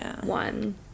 one